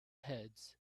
heads